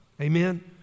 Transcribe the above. Amen